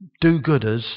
do-gooders